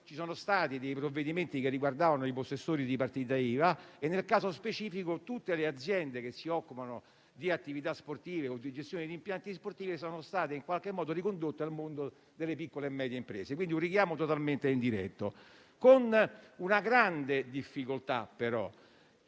ci sono stati infatti provvedimenti che riguardavano i possessori di partita IVA e, nel caso specifico, tutte le aziende che si occupano di attività sportive o di gestione di impianti sportivi sono state ricondotte al mondo delle piccole e medie imprese. Quindi c'è stato un richiamo totalmente indiretto. C'è però una grande difficoltà che